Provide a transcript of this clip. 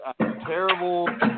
terrible